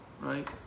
right